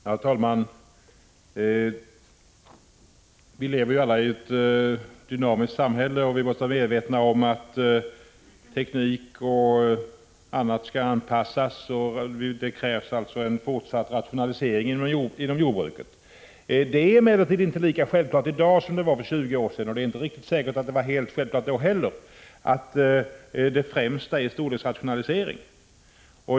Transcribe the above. Herr talman! Vi lever ju alla i ett dynamiskt samhälle, och vi måste vara medvetna om att teknik och annat skall anpassas efter utvecklingen; det krävs alltså en fortsatt rationalisering inom jordbruket. Det är emellertid inte lika självklart i dag som det var för 20 år sedan — och det är inte riktigt säkert att det var helt självklart då heller — att det främst är fråga om storleksrationalisering.